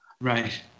right